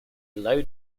low